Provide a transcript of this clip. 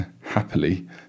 happily